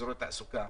אזורי תעסוקה,